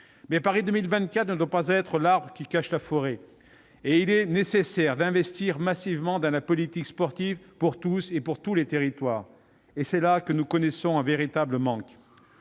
de 2024 ne doivent pas être l'arbre qui cache la forêt. Il est nécessaire d'investir massivement dans la politique sportive pour tous et pour tous les territoires. C'est là que nous connaissons un véritable manque